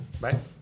Bye